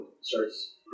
starts